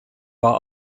war